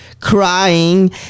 crying